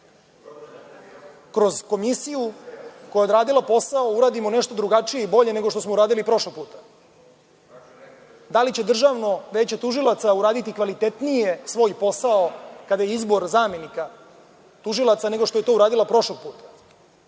kroz komisiju koju je odradila posao, uradimo nešto drugačije i bolje nego što smo uradili prošlog puta? Da li će Državno veće tužilaca uraditi kvalitetnije svoj posao kada je izbor zamenika tužilaca nego što je to uradila prošlog puta?